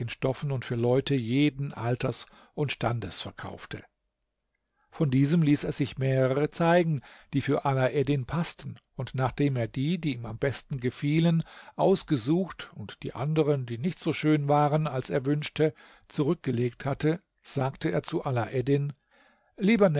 stoffen und für leute jeden alters und standes verkaufte von diesem ließ er sich mehrere zeigen die für alaeddin paßten und nachdem er die die ihm am besten gefielen ausgesucht und die anderen die nicht so schön waren als er wünschte zurückgelegt hatte sagte er zu alaeddin lieber